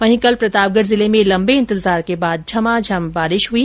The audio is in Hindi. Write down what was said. वहीं कल प्रतापगढ जिले में लम्बे इंतजार के बाद झमाझम बारिश हुई